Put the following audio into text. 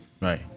Right